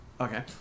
Okay